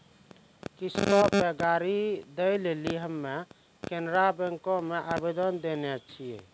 किश्तो पे गाड़ी दै लेली हम्मे केनरा बैंको मे आवेदन देने छिये